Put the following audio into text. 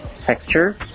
texture